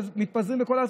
מתפזרים בכל הארץ,